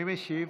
מי משיב?